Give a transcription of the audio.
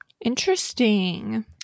Interesting